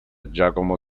giacomo